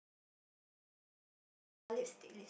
they are both working right uh lipstick lipst~